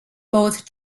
both